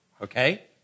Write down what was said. okay